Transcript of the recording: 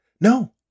No